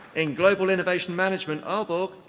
in global innovation management aalborg,